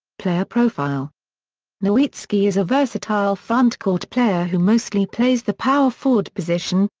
player profile nowitzki is a versatile frontcourt player who mostly plays the power forward position,